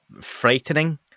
frightening